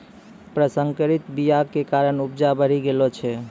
प्रसंकरित बीया के कारण उपजा बढ़ि गेलो छै